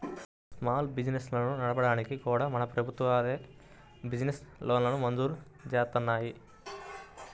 small బిజినెస్లను నడపడానికి కూడా మనకు ప్రభుత్వాలే బిజినెస్ లోన్లను మంజూరు జేత్తన్నాయి